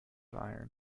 iron